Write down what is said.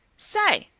say,